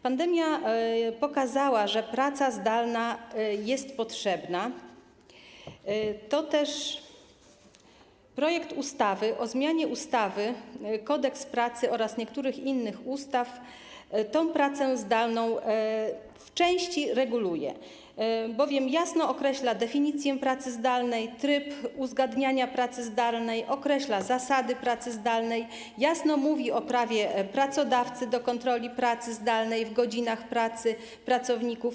Pandemia pokazała, że praca zdalna jest potrzebna, toteż projekt ustawy o zmianie ustawy - Kodeks pracy oraz niektórych innych ustaw tę pracę zdalną w części reguluje, bowiem jasno określa definicję pracy zdalnej, tryb uzgadniania pracy zdalnej, określa jej zasady, jasno mówi o prawie pracodawcy do kontroli pracy zdalnej w godzinach pracy pracowników.